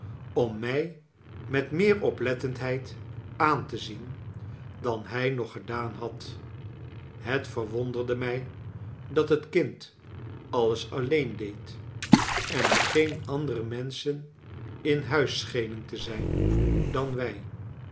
om mij met meer oplettendheid aan te zien dan hij nog gedaan had het verwonderde mij dat het kind alles alleen deed en er geene andere menschen in huis schenen te zijn dan wij